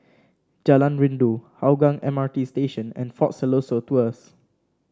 Jalan Rindu Hougang M R T Station and Fort Siloso Tours